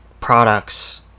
products